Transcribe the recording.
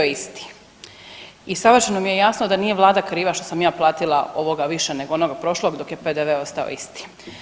I savršeno mi je jasno da nije vlada kriva što sam ja platila ovoga više nego onoga prošlog dok je PDV ostao isti.